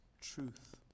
truth